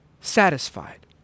satisfied